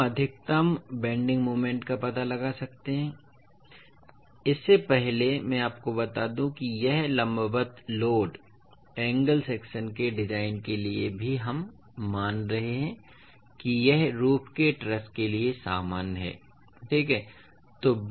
फिर हम अधिकतम बेन्डिंग मोमेंट का पता लगा सकते हैं ठीक है इससे पहले मैं आपको बता दूं कि यह लंबवत लोड एंगल सेक्शन के डिजाइन के लिए भी हम मान रहे हैं कि यह रूफ के ट्रस के लिए सामान्य है ठीक है